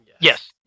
Yes